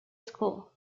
school